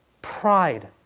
Pride